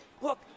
look –